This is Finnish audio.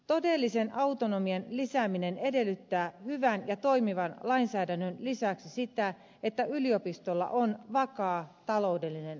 todellisen autonomian lisääminen edellyttää hyvän ja toimivan lainsäädännön lisäksi sitä että yliopistolla on vakaa taloudellinen asema